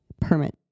Permit